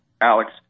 Alex